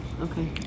Okay